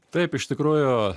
taip iš tikrųjų